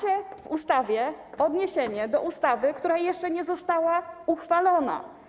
Jest w ustawie odniesienie do ustawy, która jeszcze nie została uchwalona.